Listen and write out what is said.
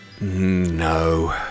No